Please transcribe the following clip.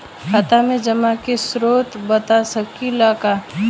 खाता में जमा के स्रोत बता सकी ला का?